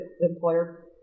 employer